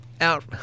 out